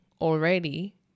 already